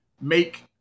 make